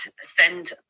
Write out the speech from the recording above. send